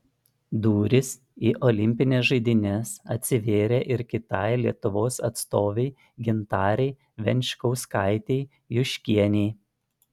durys į olimpines žaidynes atsivėrė ir kitai lietuvos atstovei gintarei venčkauskaitei juškienei